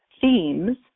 themes